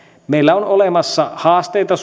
meillä suomalaisella yhteiskunnalla on olemassa haasteita